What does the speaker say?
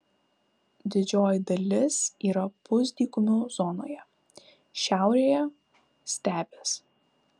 didžioji dalis yra pusdykumių zonoje šiaurėje stepės